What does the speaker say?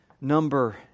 Number